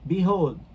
Behold